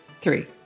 three